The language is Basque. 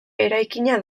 eraikina